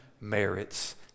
merits